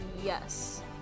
Yes